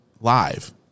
live